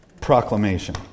Proclamation